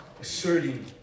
asserting